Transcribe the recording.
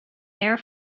air